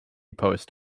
post